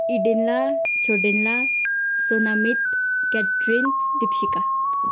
Idenla Chhodenla Sonamit Katrin Deepshikha